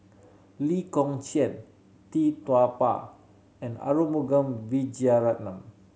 Lee Kong Chian Tee Tua Ba and Arumugam Vijiaratnam